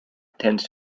tends